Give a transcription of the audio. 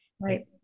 Right